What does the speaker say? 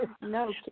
No